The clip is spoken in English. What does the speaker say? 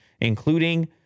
including